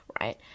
right